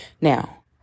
Now